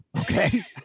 okay